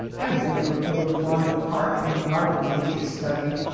i was never over-fond of park and garden nature-study.